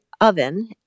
oven